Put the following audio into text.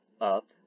up